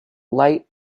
light